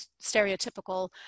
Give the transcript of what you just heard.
stereotypical